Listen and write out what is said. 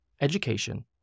education